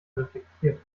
reflektiert